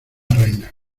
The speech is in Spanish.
reina